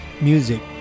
music